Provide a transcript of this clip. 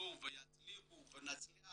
שילמדו ויצליחו ונצליח